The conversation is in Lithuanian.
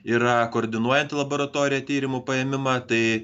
yra koordinuojanti laboratorija tyrimų paėmimą tai